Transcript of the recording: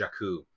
Jakku